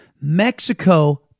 Mexico